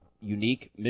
unique